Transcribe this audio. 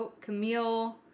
Camille